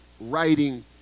writing